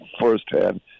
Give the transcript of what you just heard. firsthand